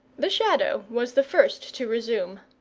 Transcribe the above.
the shadow was the first to resume.